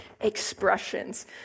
expressions